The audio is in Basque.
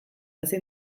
ezin